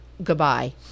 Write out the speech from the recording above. Goodbye